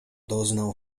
doznał